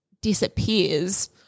disappears